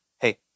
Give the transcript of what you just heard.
hey